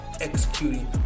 executing